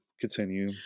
continue